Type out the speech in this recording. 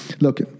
look